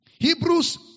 Hebrews